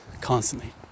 constantly